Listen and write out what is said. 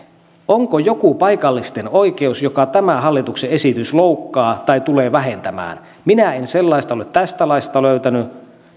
onko joku paikallisten oikeus jota tämä hallituksen esitys loukkaa tai tulee vähentämään minä en sellaista ole tästä laista löytänyt